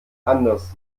anders